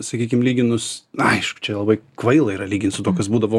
sakykim lyginus aišku čia labai kvaila yra lygint su tuo kas būdavo